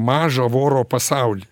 mažą voro pasaulį